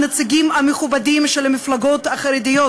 הנציגים המכובדים של המפלגות החרדיות,